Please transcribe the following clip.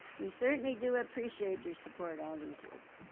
we certainly do appreciate your support all these years.